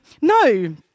No